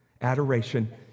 adoration